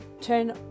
turn